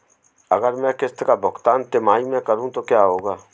अगर मैं किश्त का भुगतान तिमाही में करूं तो क्या होगा?